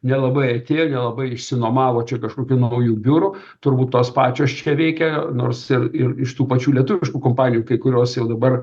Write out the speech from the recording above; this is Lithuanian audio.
nelabai atėjo nelabai išsinuomavo čia kažkokių naujų biurų turbūt tos pačios čia veikia nors ir ir iš tų pačių lietuviškų kompanijų kai kurios ir dabar